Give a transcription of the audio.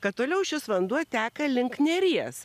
kad toliau šis vanduo teka link neries